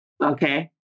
Okay